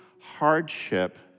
hardship